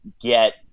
get